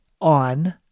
on